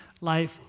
life